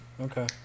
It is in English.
Okay